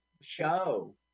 show